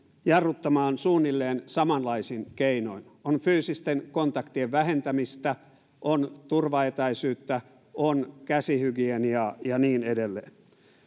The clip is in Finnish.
jarruttamaan suunnilleen samanlaisin keinoin on fyysisten kontaktien vähentämistä on turvaetäisyyttä on käsihygieniaa ja niin edelleen